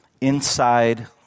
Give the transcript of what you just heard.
inside